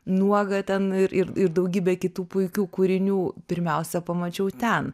nuogą ten ir ir ir daugybę kitų puikių kūrinių pirmiausia pamačiau ten